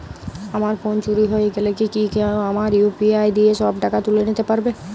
আমার ফোন চুরি হয়ে গেলে কি কেউ আমার ইউ.পি.আই দিয়ে সব টাকা তুলে নিতে পারবে?